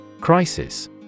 Crisis